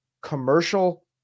commercial